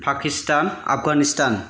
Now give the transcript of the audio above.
Pakistan Afghanistan